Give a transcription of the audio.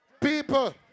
People